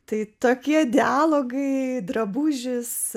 tai tokie dialogai drabužis